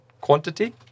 quantity